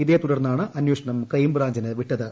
ഇതേ തുടർന്നാണ് അന്വേഷണം ക്രൈംബ്രാഞ്ചിന് വിട്ടത്